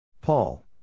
Paul